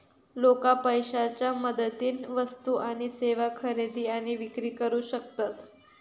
लोका पैशाच्या मदतीन वस्तू आणि सेवा खरेदी आणि विक्री करू शकतत